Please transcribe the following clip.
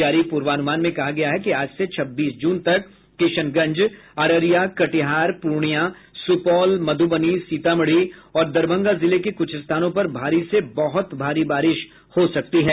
जारी पूर्वानुमान में कहा गया है कि आज से छब्बीस जून तक किशनगंज अररिया कटिहार पूर्णियां सुपौल मधुबनी सीतामढ़ी और दरभंगा जिले के कुछ स्थानों पर भारी से बहुत भारी बारिश हो सकती है